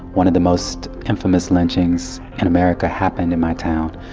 one of the most infamous lynchings in america happened in my town,